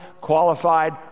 qualified